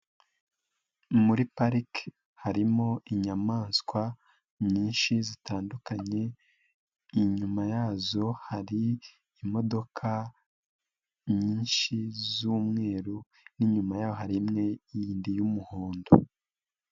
Muri parike harimo inyamaswa nyinshi zitandukanye, inyuma yazo hari imodoka nyinshi z'umweru n'inyuma yaho hari imwe yindi y'umuhondo.